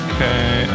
Okay